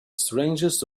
strangest